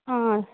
ಹಾಂ